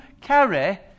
carry